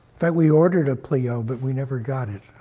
fact, we ordered a pleo, but we never got it.